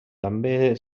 també